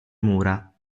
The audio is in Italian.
mura